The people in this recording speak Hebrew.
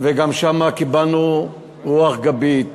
וגם שם קיבלנו רוח גבית.